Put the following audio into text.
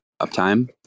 uptime